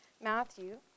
Matthew